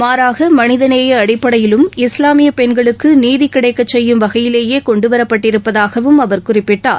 மாறாக மனித நேய அடிப்படையிலும் இஸ்லாமிய பெண்களுக்கு நீதி கிடைக்கச் செய்யும் வகையிலேயே கொண்டுவரப் பட்டிருப்பதாகவும் அவர் குறிப்பிட்டார்